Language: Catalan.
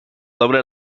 doble